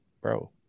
bro